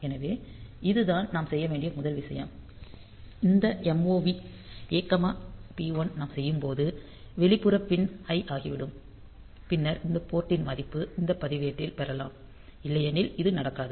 எனவே இதுதான் நாம் செய்ய வேண்டிய முதல் விஷயம் இந்த mov A P1 நாம் செய்யும்போது வெளிப்புற பின் ஹைய் ஆகிவிடும் பின்னர் இந்த போர்ட் டின் மதிப்பை இந்த பதிவேட்டில் பெறலாம் இல்லையெனில் இது நடக்காது